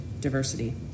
diversity